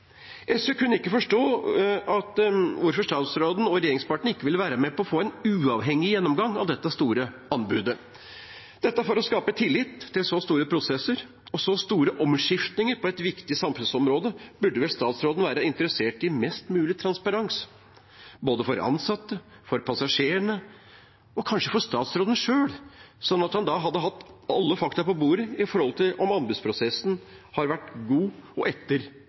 SV kunne ikke forstå hvorfor statsråden og regjeringspartiene ikke ville være med på å få en uavhengig gjennomgang av dette store anbudet, dette for å skape tillit til så store prosesser. Ved så store omskiftninger på et viktig samfunnsområde burde vel statsråden være interessert i mest mulig transparens, både for ansatte, for passasjerene og kanskje for statsråden selv, slik at han hadde hatt alle fakta på bordet med hensyn til om anbudsprosessen har vært god og etter